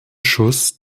schuss